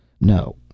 No